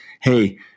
hey